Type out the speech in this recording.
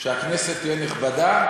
שהכנסת תהיה נכבדה,